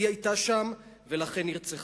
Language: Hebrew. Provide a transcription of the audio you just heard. היא היתה שם, ולכן נרצחה.